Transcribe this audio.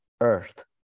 earth